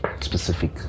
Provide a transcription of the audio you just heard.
specific